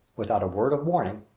without a word of warning,